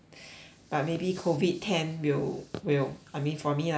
but maybe COVID can will will I mean for me lah I think ah